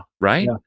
Right